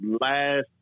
last